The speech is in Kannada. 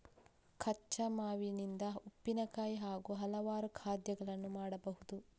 ಕಚ್ಚಾ ಮಾವಿನಿಂದ ಉಪ್ಪಿನಕಾಯಿ ಹಾಗೂ ಹಲವಾರು ಖಾದ್ಯಗಳನ್ನು ಮಾಡಬಹುದು